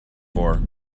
for